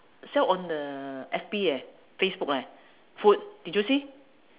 sell on the F_B eh facebook eh food did you see